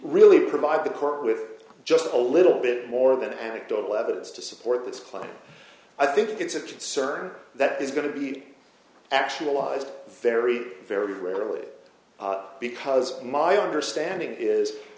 really provide the court with just a little bit more than anecdotal evidence to support this claim i think it's a concern that is going to be actualized very very rarely because my understanding is